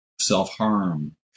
self-harm